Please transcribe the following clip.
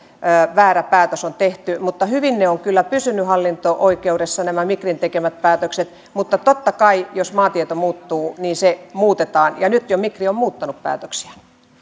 väärä päätös on tehty mutta hyvin ovat kyllä pysyneet hallinto oikeudessa nämä migrin tekemät päätökset mutta totta kai jos maatieto muuttuu niin se muutetaan ja nyt jo migri on muuttanut päätöksiään